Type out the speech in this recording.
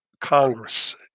Congress